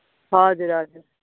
हजुर हजुर